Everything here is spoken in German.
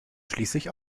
schließlich